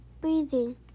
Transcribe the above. breathing